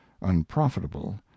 unprofitable